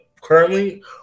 currently